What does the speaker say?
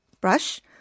brush